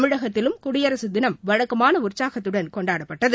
தமிழகத்திலும் குடியரசு தினம் வழக்கமான உற்சாகத்துடன் கொண்டாடப்பட்டது